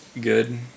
good